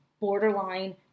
borderline